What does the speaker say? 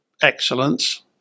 excellence